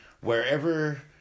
wherever